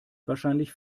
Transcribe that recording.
wahrscheinlich